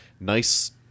Nice